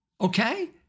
Okay